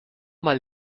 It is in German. mal